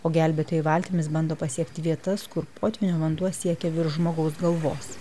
o gelbėtojai valtimis bando pasiekti vietas kur potvynio vanduo siekia virš žmogaus galvos